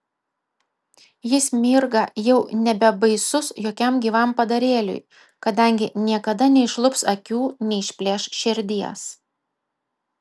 jis mirga jau nebebaisus jokiam gyvam padarėliui kadangi niekada neišlups akių neišplėš širdies